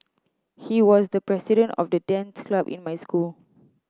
he was the president of the dance club in my school